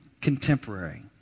contemporary